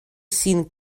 sin